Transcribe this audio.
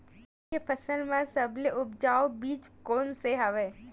चना के फसल म सबले उपजाऊ बीज कोन स हवय?